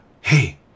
hey